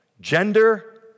gender